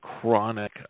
chronic